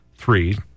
Three